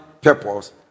purpose